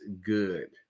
good